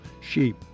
sheep